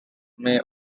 may